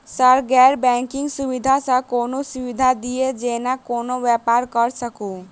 Sir गैर banking सुविधा सँ कोनों सुविधा दिए जेना कोनो व्यापार करऽ सकु?